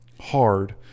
hard